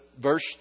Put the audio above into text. verse